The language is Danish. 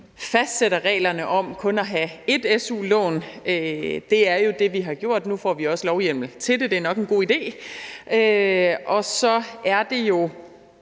fastsætter reglerne om kun at have ét su-lån. Det er jo det, vi har gjort; nu får vi også lovhjemmel til det, og det er nok en god idé. Så er det jo